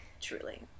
truly